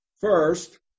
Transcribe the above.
First